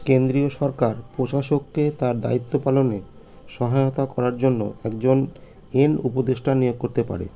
কেন্দ্রীয় সরকার প্রশাসককে তার দায়িত্ব পালনে সহায়তা করার জন্য একজন এম উপদেষ্টা নিয়োগ করতে পারে